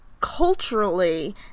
culturally